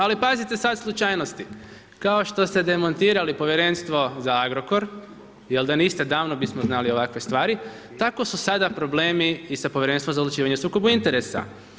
Ali pazite sad slučajnosti, kao što ste demontirali povjerenstvo za Agrokor, jer da niste, davno bismo znali ovakve stvari, tako su sada problemi i za Povjerenstvo za odlučivanje o sukobu interesa.